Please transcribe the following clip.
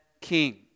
King